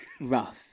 rough